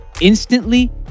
instantly